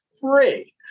free